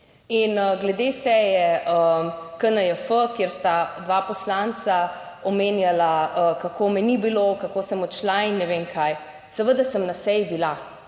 In glede seje KNJF, kjer sta dva poslanca omenjala, kako me ni bilo, kako sem odšla in ne vem kaj, seveda sem na seji bila.